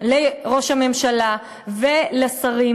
לראש הממשלה ולשרים,